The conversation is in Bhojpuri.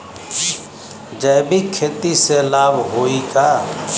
जैविक खेती से लाभ होई का?